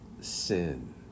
sin